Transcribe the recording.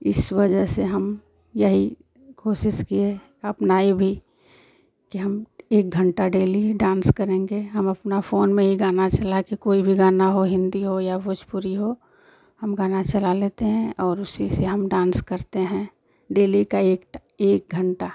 इस वजह से हम यही कोशिश किए अपनाई भी कि हम एक घंटा डेली डांस करेंगे हम अपना फ़ोन में ही गाना चला के कोई भी गाना हो हिन्दी हो या भोजपुरी हो हम गाना चला लेते हैं और उसी से हम वेट करते हैं डेली का एक एक घंटा